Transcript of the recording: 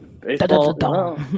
Baseball